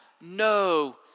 no